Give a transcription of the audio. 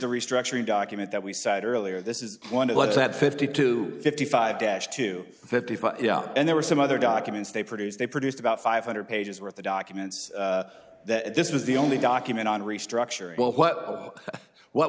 restructuring document that we cited earlier this is one of those that fifty to fifty five dash to fifty five and there were some other documents they produced they produced about five hundred pages worth of documents that this was the only document on restructure well what what